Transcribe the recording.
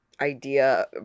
idea